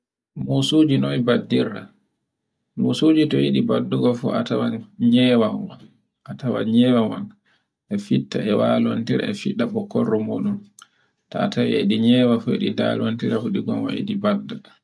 Mosoji noy baddirta. Mosoji to e yiɗi baddugo fu a tawan nyewa mun. a tawan nyewa mun e fitta e walontire e fiɗɗa bokkorro moɗum. Ta tawi e ɗi nyewa feɗi ndaruntira fu ɗi gonga e ɗi badda.